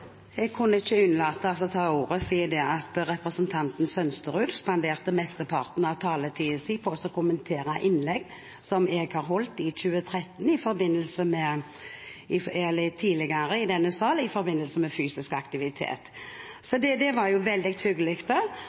Jeg kunne ikke unnlate å ta ordet siden representanten Sønsterud spanderte mesteparten av taletiden sin på å kommentere innlegg som jeg har holdt tidligere i denne sal om fysisk aktivitet. Det var veldig